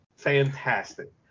fantastic